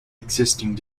existing